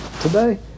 today